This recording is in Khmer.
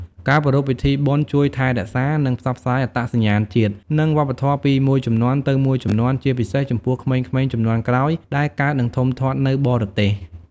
ការប្រារព្ធពិធីបុណ្យជួយថែរក្សា និងផ្សព្វផ្សាយអត្តសញ្ញាណជាតិ និងវប្បធម៌ពីមួយជំនាន់ទៅមួយជំនាន់ ជាពិសេសចំពោះក្មេងៗជំនាន់ក្រោយដែលកើត និងធំធាត់នៅបរទេស។